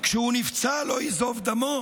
כשהוא נפצע לא יזוב דמו?